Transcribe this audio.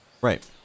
Right